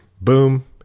Boom